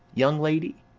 young lady!